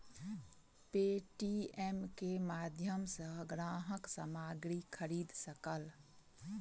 Paytm के माध्यम सॅ ग्राहक सामग्री खरीद सकल